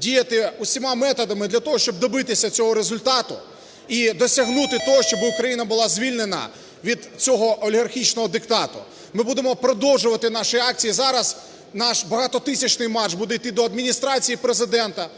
діяти усіма методами для того, щоб добитися цього результату і досягнути того, щоб Україна була звільнена від цього олігархічного диктату. Ми будемо продовжувати наші акції зараз, наш багатотисячний марш буде йти до Адміністрації Президента,